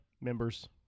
Members